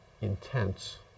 intense